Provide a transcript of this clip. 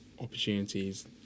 opportunities